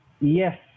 Yes